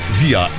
via